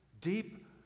deep